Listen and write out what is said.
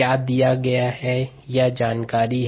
क्या दिया गया है या जानकारी है